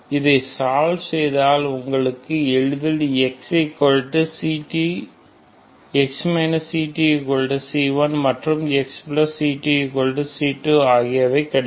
இதை சால்வ் செய்தால் உங்களுக்கு எளிதில் x ctC1 மற்றும் xctC2 ஆகியவை கிடைக்கும்